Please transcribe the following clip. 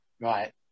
Right